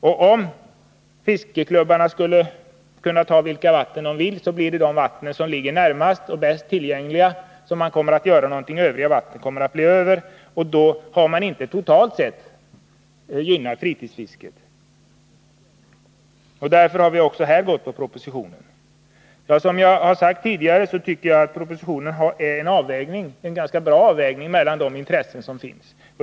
Om fiskeklubbarna skulle kunna ta vilka vatten de vill, blir de vatten som ligger närmast och bäst till utnyttjade, och övriga vatten kommer att bli över. Därmed har man inte gynnat fritidsfisket totalt sett. Därför har vi också tillstyrkt propositionens förslag. Som jag tidigare har sagt, tycker jag att propositionen är en ganska bra avvägning mellan de olika intressen som finns.